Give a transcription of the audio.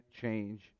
change